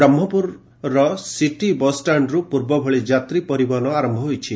ବ୍ରହ୍କପୁରର city ବସ୍ଷାଣରୁ ପୂର୍ବ ଭଳି ଯାତ୍ରୀ ପରିବହନ ଆର ହୋଇଛି